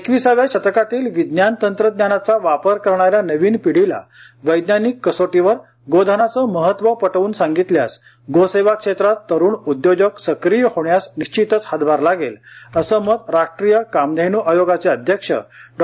एकविसाव्या शतकातील विज्ञान तंत्रज्ञानाचा वापर करणाऱ्या नवीन पिढीला वैज्ञानिक कसोटीवर गोधनाचे महत्त्व पटव्रन सांगितल्यास गोसेवा क्षेत्रात तरुण उद्योजक सक्रिय होण्यास निश्चितच हातभार लागेल असे मत राष्ट्रीय कामधेन् आयोगाचे अध्यक्ष डॉ